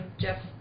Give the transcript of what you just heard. Jeff